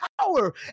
power